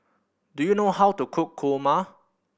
do you know how to cook kurma